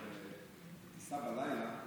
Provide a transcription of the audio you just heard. בטיסה בלילה,